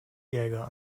jäger